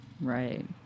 Right